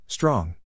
Strong